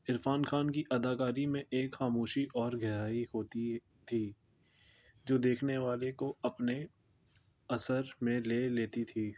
عرفان خان کی اداکاری میں ایک خاموشی اور گہرائی ہوتی تھی جو دیکھنے والے کو اپنے اثر میں لے لیتی تھی